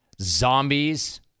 zombies